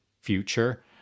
future